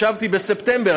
ישבתי בספטמבר,